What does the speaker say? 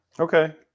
Okay